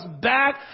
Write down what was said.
back